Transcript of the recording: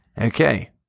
Okay